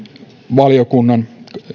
valiokunnan